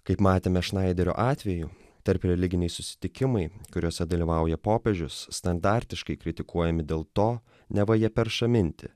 kaip matėme šnaiderio atveju tarpreliginiai susitikimai kuriuose dalyvauja popiežius standartiškai kritikuojami dėl to neva jie perša mintį